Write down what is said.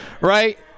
Right